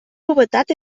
novetat